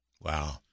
Wow